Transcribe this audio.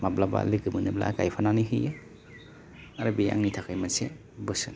माब्लाबा लोगो मोनोबा गायफानानै होयो आरो बे आंनि थाखाय मोनसे बोसोन